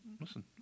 listen